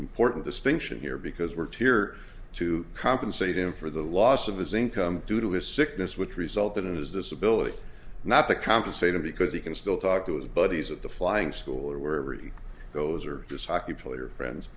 important distinction here because we're here to compensate him for the loss of his income due to his sickness which resulted in his disability not to compensate him because he can still talk to his buddies at the flying school or wherever he goes or this hockey player friends